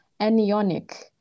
anionic